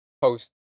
Post